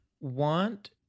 want